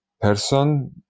person